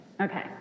Okay